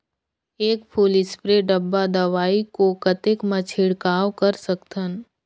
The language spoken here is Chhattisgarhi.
एक फुल स्प्रे डब्बा दवाई को कतेक म छिड़काव कर सकथन?